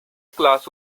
class